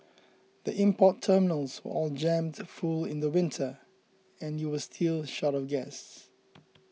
the import terminals were all jammed full in the winter and you were still short of gas